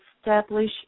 establish